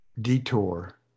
detour